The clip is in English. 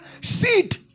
seed